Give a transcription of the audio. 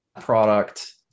product